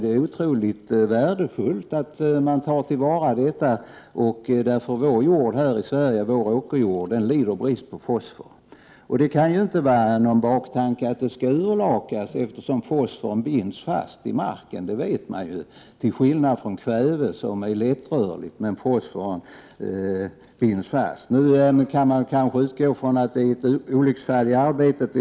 Det är otroligt värdefullt att man tar till vara det, därför att vår åkerjord här i Sverige lider brist på fosfor. Det kan inte heller finnas någon baktanke om att fosfor kan urlakas, eftersom fosforn binds fast i marken — det vet man — till skillnad från kväve, som är lättrörligt. Man kan kanske utgå från att detta är ett olycksfall i arbetet.